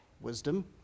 wisdom